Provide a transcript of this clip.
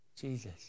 Jesus